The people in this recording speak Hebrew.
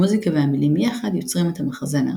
המוזיקה והמילים יחד יוצרים את המחזמר,